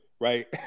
right